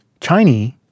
chinese